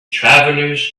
travelers